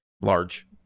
large